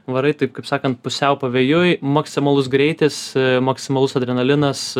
varai taip kaip sakant pusiau pavėjui maksimalus greitis maksimalus adrenalinas